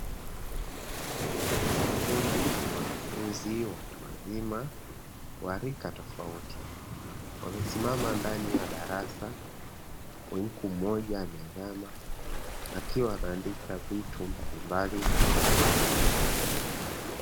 Kundi la wanafunzi watu wazima wa rika tofauti, wamesimama ndani ya darasa huku mmoja ameinama; akiwa anaandika vitu mbalimbali kwenye karatasi.